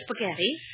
spaghetti